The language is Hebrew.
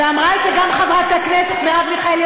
ואמרה את זה גם חברת הכנסת מרב מיכאלי,